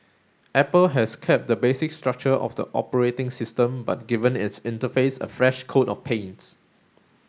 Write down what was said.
Apple has kept the basic structure of the operating system but given its interface a fresh coat of paint